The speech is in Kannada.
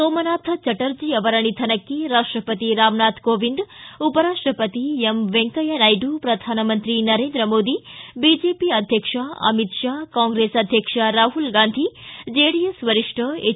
ಸೋಮನಾಥ ಚಟರ್ಜಿ ಅವರ ನಿಧನಕ್ಕೆ ರಾಷ್ಟಪತಿ ರಾಮನಾಥ ಕೋವಿಂದ್ ಉಪರಾಷ್ಟಪತಿ ಎಂವೆಂಕಯ್ಕ ನಾಯ್ಕು ಪ್ರಧಾನಮಂತ್ರಿ ನರೇಂದ್ರ ಮೋದಿ ಬಿಜೆಪಿ ಅಧ್ಯಕ್ಷ ಅಮಿತ್ ಷಾ ಕಾಂಗ್ರೆಸ್ ಅಧ್ಯಕ್ಷ ರಾಮಲ್ ಗಾಂಧಿ ಜೆಡಿಎಸ್ ವರಿಷ್ಠ ಎಚ್